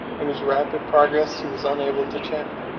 and whose rapid progress he was unable to check.